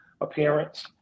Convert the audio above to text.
appearance